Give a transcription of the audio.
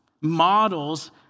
models